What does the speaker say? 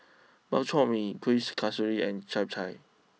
Bak Chor Mee Kuih Kasturi and Chap Chai